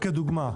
כדוגמה.